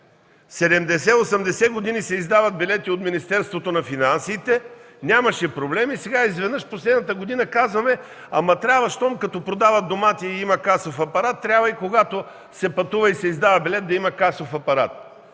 години се издават билети от Министерството на финансите, нямаше проблеми, сега изведнъж последната година казваме: ама щом като продават домати и има касов апарат, трябва и когато се пътува и се издава билет, да има касов апарат.